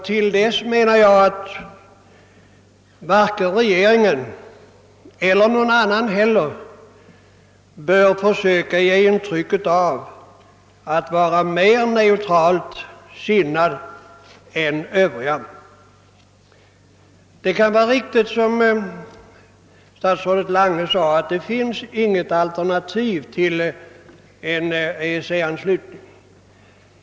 Till dess menar jag att varken regeringen eller någon annan bör försöka ge intryck av att vara mera neutralt sinnad än vad andra är. Det kan vara riktigt som statsrådet Lange sade, att det inte finns något alternativ till en EEC-anslutning.